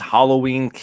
Halloween